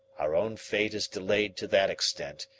our own fate is delayed to that extent,